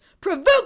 provoke